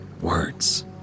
words